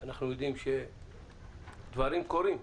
אנחנו יודעים שדברים קורים.